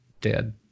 dead